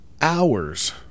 hours